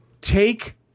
Take